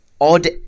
Odd